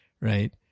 right